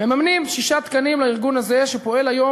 מממנים שישה תקנים לארגון הזה שפועל היום